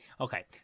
Okay